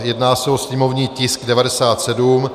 Jedná se o sněmovní tisk 97.